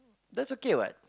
that's okay what